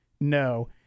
no